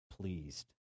pleased